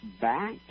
back